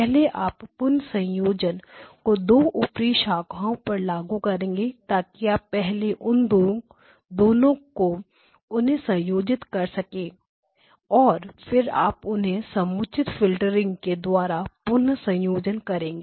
पहले आप पुनः संयोजन को दो ऊपरी शाखाओं पर लागू करेंगे ताकि आप पहले उन दोनों को उन्हें संयोजित कर सके और फिर आप इन्हें समुचित फिल्टरिंग के द्वारा पुनः संयोजित करेंगे